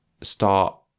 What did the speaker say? start